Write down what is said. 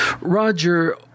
Roger